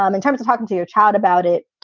um in terms of talking to your child about it.